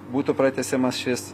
būtų pratęsiamas šis